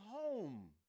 home